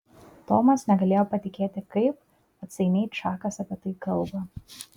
tomas negalėjo patikėti kaip atsainiai čakas apie tai kalba